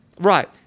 Right